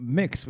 mix